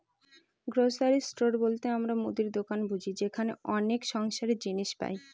grocery store বলতে আমরা মুদির দোকান বুঝি যেখানে অনেক সংসারের জিনিস পাই